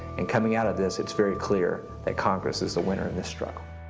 and coming out of this it's very clear that congress is the winner in this struggle.